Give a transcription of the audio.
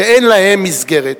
שאין להם מסגרת.